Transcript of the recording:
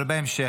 אבל בהמשך,